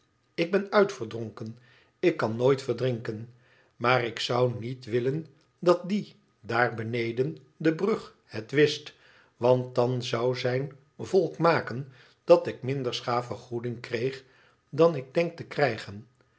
ik ben uitverdronken ik kan nooit verdrinken maar ik zou niet willen dat die dddr beneden de brug het wist want dan zou zijn volk maken dat ik minder schi vergoeding kreeg dan ik denk te krijgen